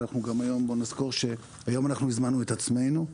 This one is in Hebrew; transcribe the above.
בואו נזכור שהיום אנחנו הזמנו את עצמנו,